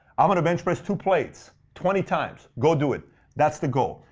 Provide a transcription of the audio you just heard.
i'm going to bench press two plates, twenty times. go do it. that's the goal.